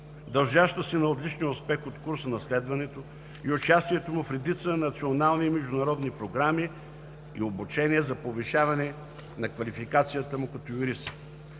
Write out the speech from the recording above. дължаща се на отличния успех от курса на следването и участието му в редица национални и международни програми и обучения за повишаване на квалификацията му като юрист.